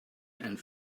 and